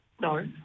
No